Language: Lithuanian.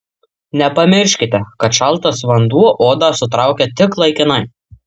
nepamirškite kad šaltas vanduo odą sutraukia tik laikinai